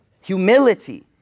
humility